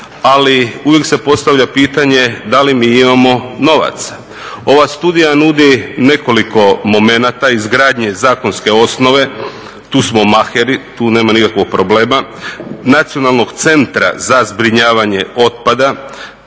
ali uvijek se postavlja pitanje da li mi imamo novaca. Ova studija nudi nekoliko momenata izgradnje zakonske osnove, tu smo maheri, tu nema nikakvog problema, Nacionalnog centra za zbrinjavanje otpada,